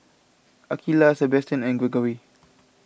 Akeelah Sabastian and Greggory